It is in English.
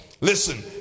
Listen